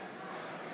נגד.